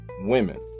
women